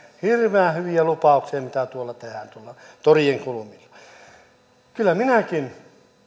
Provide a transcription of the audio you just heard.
hirveän hyviä lupauksia mitä tuolla torien kulmilla tehdään kyllä minäkin